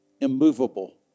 immovable